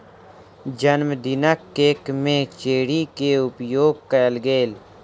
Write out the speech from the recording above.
जनमदिनक केक में चेरी के उपयोग कएल गेल